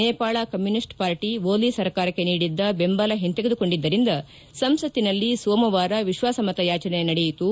Nepal communist party Oli ಸರ್ಕಾರಕ್ಕೆ ನೀಡಿದ್ದ ಬೆಂಬಲ ಹಿಂತೆಗೆದುಕೊಂಡಿದ್ದರಿಂದ ಸಂಸತ್ತಿನಲ್ಲಿ ಸೋಮವಾರ ವಿಶ್ವಾಸಮತ ಯಾಚನೆ ನಡೆಯಿತು